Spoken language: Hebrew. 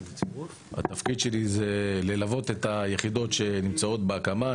התפקיד שלי הוא ללוות את היחידות שנמצאות בהקמה,